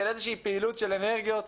של איזושהי פעילות של אנרגיות.